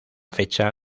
fecha